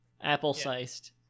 Apple-sized